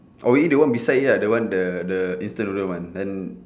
oh eat the one beside it uh the one the the the instant noodle one and